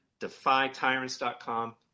DefyTyrants.com